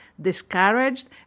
discouraged